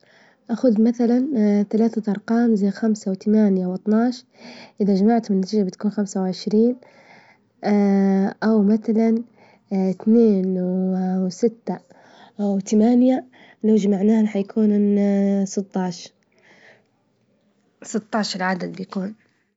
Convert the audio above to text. آخذ مثلا: ثلاثة أرقام زي: خمسة، وثمانية، واطناعش، إذا جمعت النتيجة بتكون خمسة وعشرين، أو مثلا: اثنين، وستة وثمانية، لوجمعناهن حيكونن ستطاعش ست طاعش العدد بيكون.